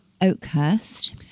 Oakhurst